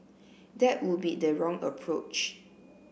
that would be the wrong approach